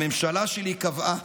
הממשלה שלי קבעה,